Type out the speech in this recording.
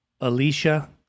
alicia